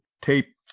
tape